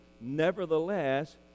Nevertheless